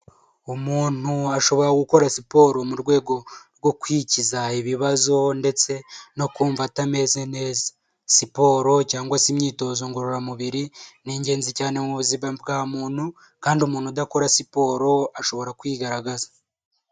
Umuntu ashobora gukora siporo mu rwego rwo kwikiza ibibazo ndetse no kumva atameze neza, siporo cyangwa se imyitozo ngororamubiri ni ingenzi cyane mu buzima bwa muntu kandi umuntu udakora siporo ashobora kwigaragaza.